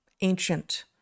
ancient